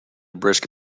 brisk